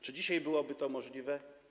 Czy dzisiaj byłoby to możliwe?